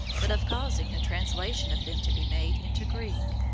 but of causing a translation of them to be made into greek,